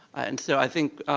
and so i think,